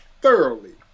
thoroughly